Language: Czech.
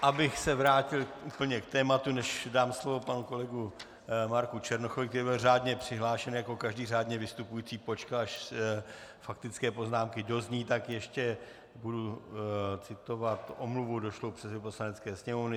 Abych se vrátil úplně k tématu, než dám slovo panu kolegovi Marku Černochovi, který byl řádně přihlášen, jako každý řádně vystupující počkal, až faktické poznámky dozní, tak ještě budu citovat omluvu došlou předsedovi Poslanecké sněmovny.